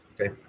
Okay